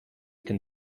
can